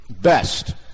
best